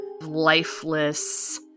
lifeless